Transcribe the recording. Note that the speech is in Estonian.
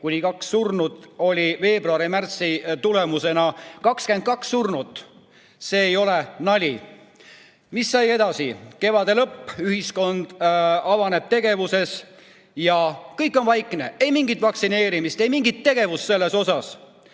kuni kaks surnut, oli veebruari ja märtsi [haigestumiste] tulemusena 22 surnut. See ei ole nali. Mis sai edasi? Kevade lõpp, ühiskond avaneb tegevustele. Kõik on vaikne, ei mingit vaktsineerimist, ei mingit tegevust selles osas.